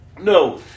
No